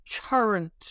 current